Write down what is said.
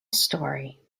story